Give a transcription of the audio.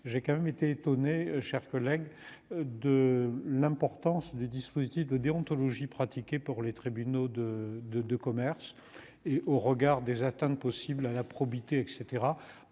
j'ai quand même été étonnée, chers collègues de l'importance du dispositif de déontologie pratiquée pour les tribunaux de, de, de commerce et au regard des atteintes possibles à la probité, et